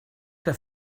que